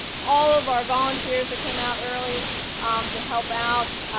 all of our volunteers that came out early to help out.